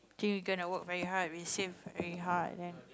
K we gonna work very hard we save very hard and then